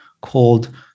called